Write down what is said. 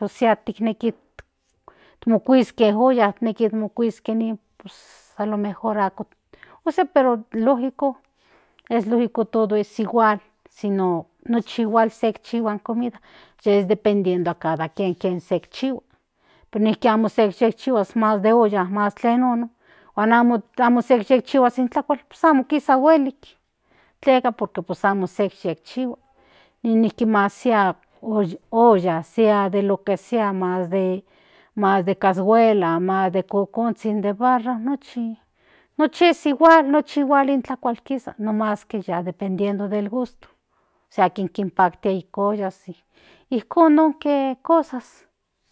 ósea tikneki mokueiske ollas tikneki mukuiske nin a lo mejor ako pues si lógico todo es igual si no nochi igual se ikchihua in comida ke dependiendo cada kien se ikchihuas nijki amo se ikchihuas mas de olla s mas tlaen non huan amo se ikhcihuas in tlakual pues amo kisa huelik tleka pues tekchihua nijkki mas sea olla se ade lo que sea mas de cashuela mas de kokonzhin de barro nochi es igual nochi igual in tlakua kisa mas que ya dependiendo del gusto ósea akin kinpak watia ollantin ijkon nonke cosas.